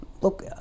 Look